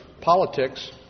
politics